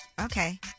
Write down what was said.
Okay